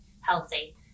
healthy